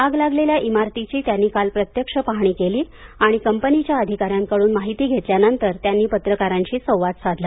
आग लागलेल्या इमारतीची त्यांनी काल प्रत्यक्ष पाहणी केली आणि कंपनीच्या अधिकाऱ्यांकडून माहिती घेतल्यानंतर त्यांनी पत्रकारांशी संवाद साधला